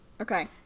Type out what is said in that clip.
Okay